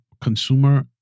consumer